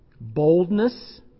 boldness